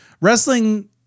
wrestling